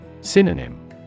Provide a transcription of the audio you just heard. Synonym